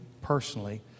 personally